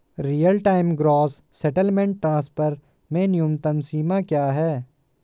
Real time gross settlement transfer में न्यूनतम सीमा क्या है?